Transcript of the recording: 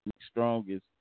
strongest